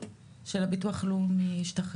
שירותי בריאות יינתנו אמנם בידי מבטח